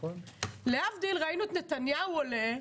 להבדיל, ראינו את נתניהו עולה.